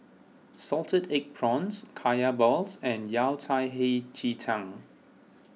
Salted Egg Prawns Kaya Balls and Yao Cai Hei Ji Tang